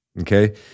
okay